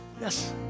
Yes